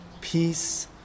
peace